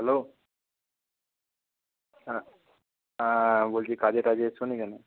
hello হ্যাঁ হ্যাঁ বলছি কাজে টাজে আসছ না কেন